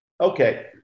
Okay